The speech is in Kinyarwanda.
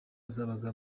zabaga